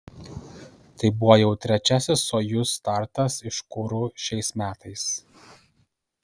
tai buvo jau trečiasis sojuz startas iš kuru šiais metais